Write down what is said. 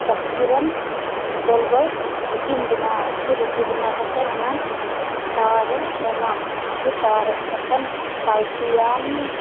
ᱪᱟᱠᱤᱨᱮᱢ ᱜᱳᱞ ᱜᱳᱞ ᱨᱩᱴᱤᱢ ᱵᱮᱱᱟᱣᱟ ᱯᱷᱤᱨ ᱨᱩᱴᱤ ᱵᱮᱱᱟᱣ ᱠᱟᱛᱮᱫ ᱚᱱᱟᱢ ᱛᱟᱣᱟᱨᱮ ᱮᱢᱟᱢ ᱯᱷᱤᱨ ᱛᱟᱣᱟ ᱨᱮ ᱮᱢ ᱠᱟᱛᱮᱫ ᱯᱟᱞᱴᱤᱭᱟᱢ